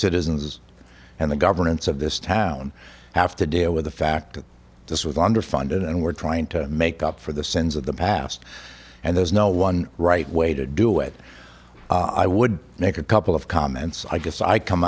citizens and the governance of this town have to deal with the fact that this was underfunded and we're trying to make up for the sins of the past and there's no one right way to do it i would make a couple of comments i guess i come